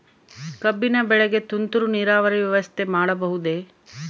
ಕಬ್ಬಿನ ಬೆಳೆಗೆ ತುಂತುರು ನೇರಾವರಿ ವ್ಯವಸ್ಥೆ ಮಾಡಬಹುದೇ?